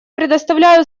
предоставляю